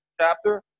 chapter